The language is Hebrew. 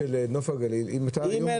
קח דוגמה של נוף הגליל --- אם אין